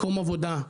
מקום עבודה,